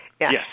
Yes